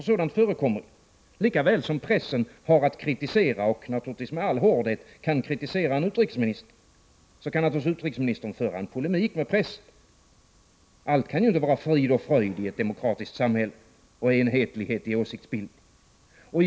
— Sådant förekommer. Likaväl som pressen har att kritisera och naturligtvis med hårdhet kan kritisera en utrikesminister, kan naturligtvis utrikesministern föra en polemik med pressen. Allt kan inte vara frid och fröjd i ett demokratiskt samhälle. Det kan inte vara total enhetlighet i åsiktsbildningen!